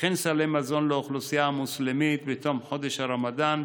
וכן סלי מזון לאוכלוסייה המוסלמית בתום חודש הרמדאן,